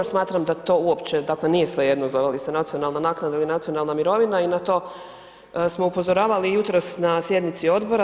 Smatram da to uopće nije svejedno zove li se nacionalna naknada ili nacionalna mirovina i na to smo upozoravali jutros na sjednici odbora.